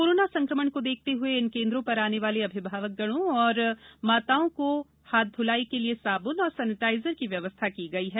corona संक्रमण को देखते हए इन केंद्रों पर आने वाले अभिभावक गणों और माताओं के हाथ धुलाई के लिए साबुन और सैनिटाइजर की व्यवस्था की गई है